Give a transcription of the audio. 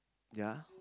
ya